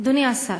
אדוני השר,